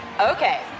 okay